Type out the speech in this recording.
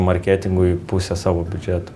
marketingui pusė savo biudžeto